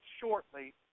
shortly